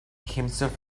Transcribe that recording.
himself